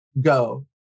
go